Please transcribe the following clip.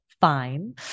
fine